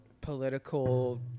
political